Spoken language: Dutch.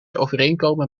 overeenkomen